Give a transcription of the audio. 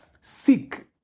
seek